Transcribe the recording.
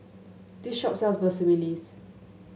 this shop sells Vermicelli